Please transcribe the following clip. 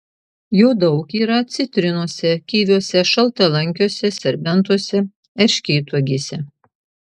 jo daug yra citrinose kiviuose šaltalankiuose serbentuose erškėtuogėse